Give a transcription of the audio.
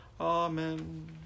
Amen